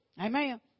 Amen